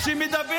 מי רוצח?